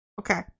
okay